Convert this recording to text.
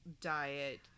diet